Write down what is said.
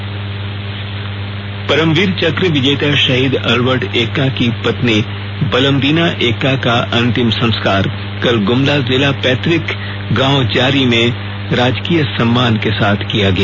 निधन परमवीर चक्र विजेता शहीद अल्बर्ट एक्का की पत्नी बलमदीना एक्का का अंतिम संस्कार कल गुमला जिला स्थित पैतृक गांव जारी में राजकीय सम्मान के साथ किया गया